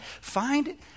find